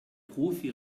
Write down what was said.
profi